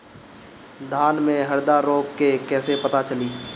धान में हरदा रोग के कैसे पता चली?